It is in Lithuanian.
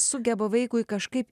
sugeba vaikui kažkaip